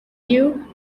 you